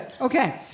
Okay